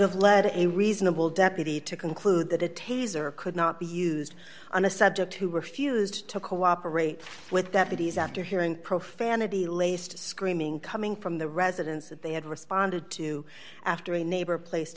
have led a reasonable deputy to conclude that a taser could not be used on a subject who refused to cooperate with that is after hearing profanity laced screaming coming from the residence that they had responded to after a neighbor placed